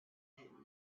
had